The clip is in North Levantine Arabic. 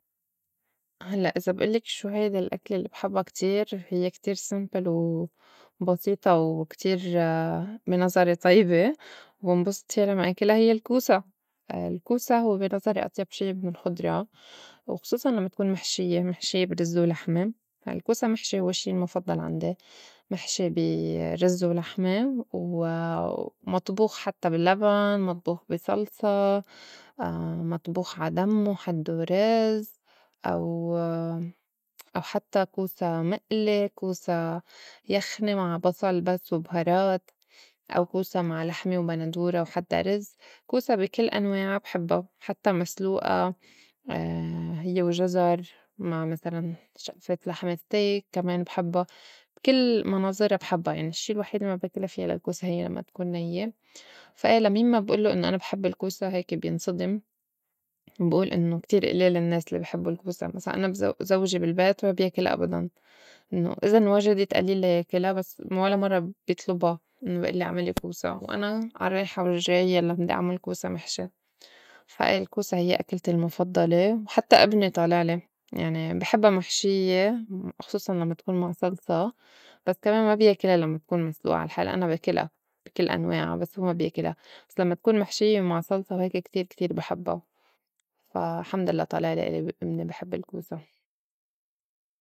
هلّأ إذا بألّك شو هيدي الأكلة الّي بحبّا كتير هيّ كتير simple وبسيطة وكتير بي نظري طيبة وبنبسط فيا لمّا آكلها هيّ الكوسا، الكوسا هوّ بي نظري أطيب شي بالخضرا وخصوصاً لمّا تكون محشيّة. محشيّة برِِز ولحمة الكوسا محشي هوّ شي المُفضّل عندي محشي بي رز ولحمة و ومطبوخ حتّى باللّبن، مطبوخ بي صلصة، مطبوخ عا دمّه حدّو رز، أو- أو حتّى كوسا مقلي، كوسا يخني مع بصل بس وبهارات، أو كوسا مع لحمة وبندورة وحدّا رز، كوسا بي كل أنواعا بحبّا حتّى مسلوقة هيّ وجزر مع مسلاً شقفة لحمة steak كمان بحبّا بكل مناظرا بحبّا يعني الشّي الوحيد اللّي ما باكلها في للكوسا هيّ لمّا تكون نيّة، فا إيه لَمين ما بئلّو إنّو أنا بحب الكوسا هيك بينصدم بي قول إنّو كتير ألال النّاس الّي بي حبّو الكوسا، مسلاً أنا بزو- زوجي بالبيت ما بياكلها أبداً إنّو إذا انوجدت قليل ما ياكلها بس ولا مرّة بيطلبا إنّو يالّي عملي كوسا وأنا عالرّايحة والجاي يلّا بدّي أعمل كوسا محشي، فا أيه الكوسا هيّ أكلتي المُفضّلة وحتّى إبني طالعلي يعني بي حبّا محشيّة وخصوصاً لمّا تكون مع صلصة بس كمان ما بيكلها لمّا تكون مسلوقة عالحل أنا باكلها بي كل أنواعا بس هوّ ما بيكلها بس لمّا تكون محشيّة مع صلصة وهيك كتير كتير بحبّا فا الحمدُ لله طالعلي إلي إبني بي حب الكوسا.